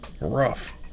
rough